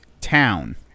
town